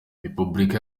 repubulika